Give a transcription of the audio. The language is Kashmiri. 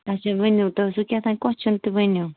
اَچھا ؤنِو تۄہہِ اوسوٕ کیٛاہتانۍ کۄسچھَن تہٕ ؤنِو